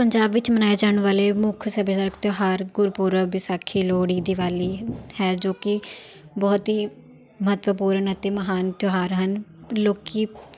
ਪੰਜਾਬ ਵਿੱਚ ਮਨਾਏ ਜਾਣ ਵਾਲੇ ਮੁੱਖ ਸੱਭਿਆਚਾਰਕ ਤਿਉਹਾਰ ਗੁਰਪੁਰਬ ਵਿਸਾਖੀ ਲੋਹੜੀ ਦੀਵਾਲੀ ਹੈ ਜੋ ਕਿ ਬਹੁਤ ਹੀ ਮਹੱਤਵਪੂਰਨ ਅਤੇ ਮਹਾਨ ਤਿਉਹਾਰ ਹਨ ਲੋਕ